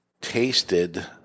tasted